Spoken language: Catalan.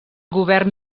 govern